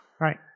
Right